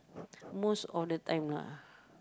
most of the time lah